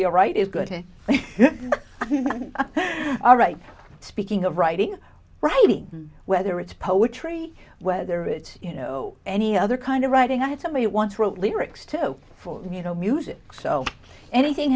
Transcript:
you're right is good all right speaking of writing writing whether it's poetry whether it's you know any other kind of writing i had somebody once wrote lyrics to for you know music so anything